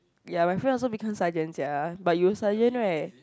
ya my friend also become sergeant sia but you sergeant right